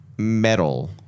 Metal